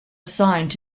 assigned